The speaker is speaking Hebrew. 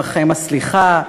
עמכם הסליחה,